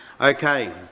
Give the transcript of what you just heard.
Okay